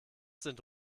sind